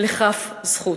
לכף זכות.